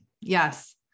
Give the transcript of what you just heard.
Yes